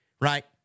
right